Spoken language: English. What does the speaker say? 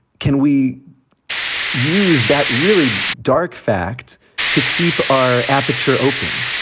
can we use that really dark fact to keep our aperture open,